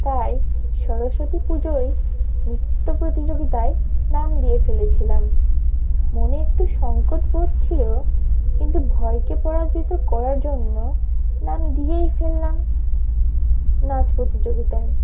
তাই সরস্বতী পুজোয় নৃত্য প্রতিযোগিতায় নাম দিয়ে ফেলেছিলাম মনে একটু সংঙ্কট বোধ ছিল কিন্তু ভয়কে পরাজিত করার জন্য নাম দিয়েই ফেললাম নাচ প্রতিযোগিতায়